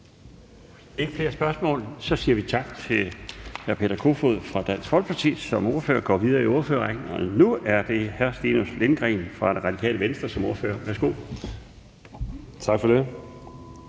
ikke flere spørgsmål. Så siger vi tak til hr. Peter Kofod fra Dansk Folkeparti som ordfører og går videre i ordførerrækken. Nu er det hr. Stinus Lindgreen fra Radikale Venstre som ordfører. Værsgo. Kl.